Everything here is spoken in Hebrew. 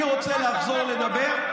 אני רוצה לחזור לדבר,